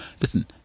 Listen